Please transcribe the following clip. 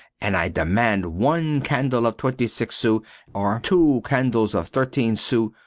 and i demand one candle of twenty six sous or two candles of thirteen sous,